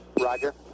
Roger